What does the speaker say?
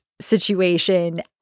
situation